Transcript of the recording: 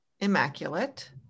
immaculate